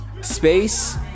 Space